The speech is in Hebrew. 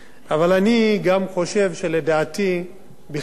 בכלל, התקשורת הישראלית,